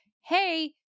hey